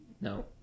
No